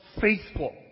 faithful